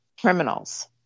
criminals